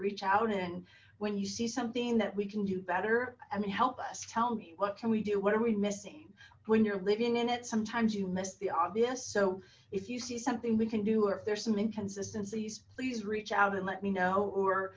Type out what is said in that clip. reach out and when you see something that we can do better i mean help us tell me what can we do what are we missing when you're living in it sometimes you miss the obvious so if you see something we can do or if there's some inconsistencies please reach out and let me know or